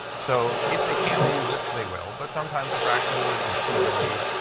so if they can reuse it, they will. but sometimes the frac fluid is too dirty,